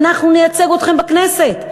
אנחנו נייצג אתכם בכנסת.